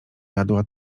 jadła